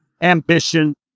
ambition